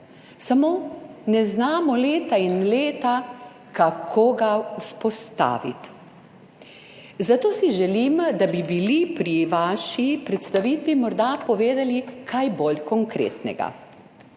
samo ne znamo leta in leta kako ga vzpostaviti. Zato si želim, da bi bili pri vaši predstavitvi morda povedali kaj bolj konkretnega.